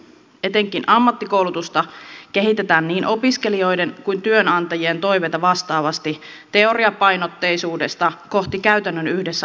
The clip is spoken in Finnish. etenkin ammattikoulutusta kehitetään niin opiskelijoiden kuin työnantajien toiveita vastaavasti teoriapainotteisuudesta kohti käytännön yhdessä oppimista